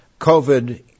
COVID